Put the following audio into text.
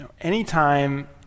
Anytime